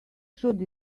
should